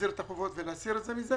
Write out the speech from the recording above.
להחזיר את החובות ולהסיר את זה מזה,